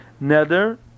Nether